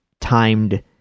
timed